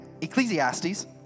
Ecclesiastes